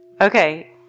Okay